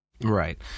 Right